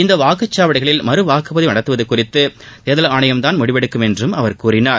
இந்த வாக்குச்சாவடிகளில் மறு வாக்குப்பதிவு நடத்துவது குறித்து தேர்தல் ஆணையம் தூன் முடிவெடுக்கும் என்றும் அவர் கூறினார்